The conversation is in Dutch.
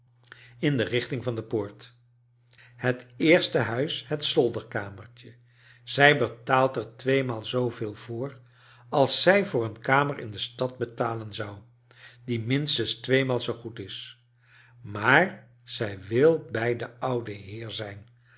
in de richting van de poort het eerste huis het zolderkamertje zij betaalt er tweemaal zooveel voor als zij voor een kamer in de stad betalen zou die minstens tweemaal zoo goed is maar zij wil bij den ouden heer zijn